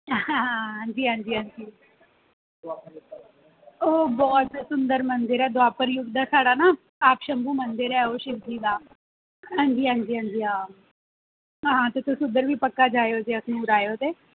हां जी हां जी आटो बगैरा लब्भी जंदे न ते इक बड़ा ऐतिहासिक जगह् ऐ साढ़ा कावेश्वर मंदर ऐ जेह्ड़ा बड़ा मश्हूर ऐ